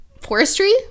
forestry